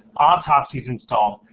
autopsy's installed.